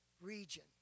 region